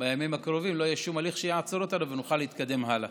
בימים הקרובים ונוכל להתקדם הלאה.